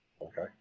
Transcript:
okay